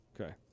Okay